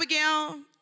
Abigail